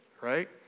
right